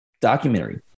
documentary